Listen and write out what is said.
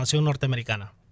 norteamericana